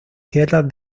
tierras